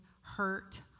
hurt